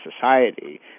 society